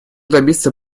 добиться